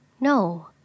No